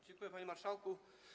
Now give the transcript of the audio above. Dziękuję, panie marszałku.